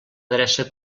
adreça